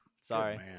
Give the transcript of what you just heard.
Sorry